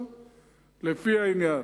אבל לפי העניין.